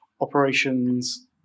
operations